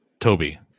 Toby